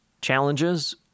challenges